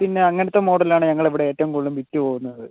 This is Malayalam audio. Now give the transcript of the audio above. പിന്നെ അങ്ങനത്തെ മോഡലാണ് ഞങ്ങളിവിടെ ഏറ്റവും കൂടുതലും വിറ്റ് പോവുന്നത്